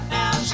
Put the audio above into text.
now